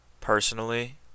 personally